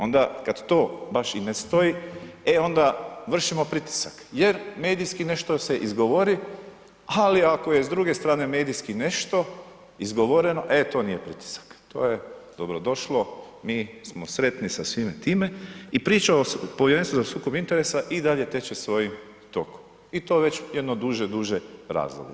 Onda kad to baš i ne stoji, e onda vršimo pritisak jer medijski nešto se izgovori, ali ako je s druge strane medijski nešto izgovoreno, e to nije pritisak, to je dobrodošlo, mi smo sretni sa svime time i priča o Povjerenstvu za sukob interesa i dalje teče svojim tokom i to već jedno duže, duže razdoblje.